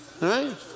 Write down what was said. right